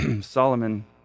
Solomon